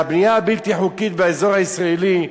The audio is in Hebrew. והבנייה הבלתי-חוקית באזור הישראלי,